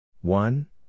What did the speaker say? One